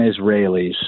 Israelis